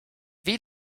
wie